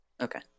Okay